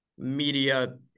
media